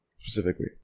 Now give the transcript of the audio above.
specifically